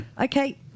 Okay